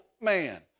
man